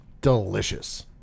Delicious